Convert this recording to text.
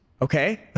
okay